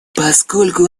поскольку